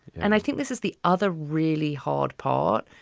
and i think this is the other really hard part.